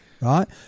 Right